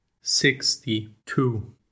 Sixty-two